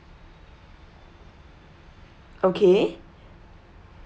okay